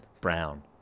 Brown